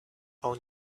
own